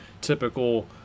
typical